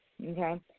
Okay